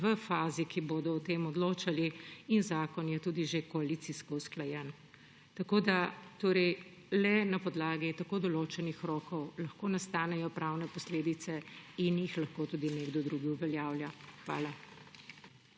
v fazi, ki bodo o tem odločali, in zakon je tudi že koalicijsko usklajen. Le na podlagi tako določenih rokov lahko nastanejo pravne posledice in jih lahko tudi nekdo drugi uveljavlja. Hvala.